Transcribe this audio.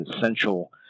essential